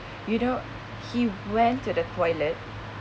you know he went to the toilet